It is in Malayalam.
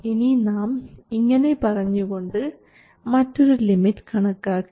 ഇനി നാം ഇങ്ങനെ പറഞ്ഞു കൊണ്ട് മറ്റൊരു ലിമിറ്റ് കണക്കാക്കി